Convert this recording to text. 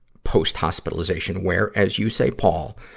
post-hospitalization, where, as you say, paul,